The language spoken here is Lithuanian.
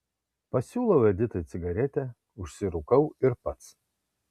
pasiūlau editai cigaretę užsirūkau ir pats